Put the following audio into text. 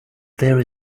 there